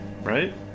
right